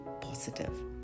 positive